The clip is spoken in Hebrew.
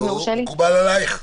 מקובל עלייך?